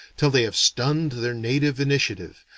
till they have stunned their native initiative,